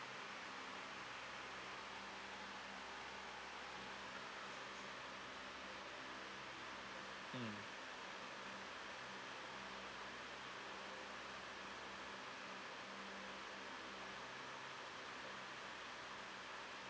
mm